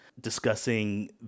discussing